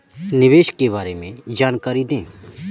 निवेश के बारे में जानकारी दें?